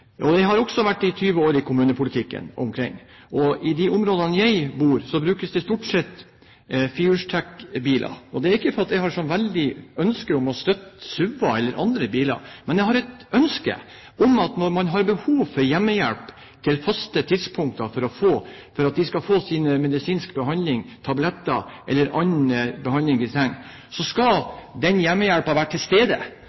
har også vært ca. 20 år i kommunepolitikken, og i det området jeg bor, brukes det stort sett biler med firehjulstrekk. Det er ikke fordi jeg har et ønske om å støtte SUV-er eller andre biler, men jeg har et ønske om at når man har behov for hjemmehjelp til faste tidspunkter for at man skal få medisinsk behandling, tabletter eller annen behandling man trenger,